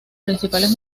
principales